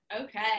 Okay